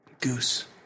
Goose